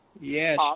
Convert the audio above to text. Yes